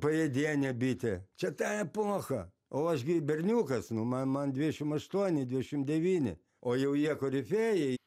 pajėdienė bitė čia ta epocha o aš gi berniukas nu man man dvidešim aštuoni dvidešim devyni o jau jie korifėjai